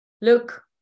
Look